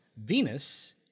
Venus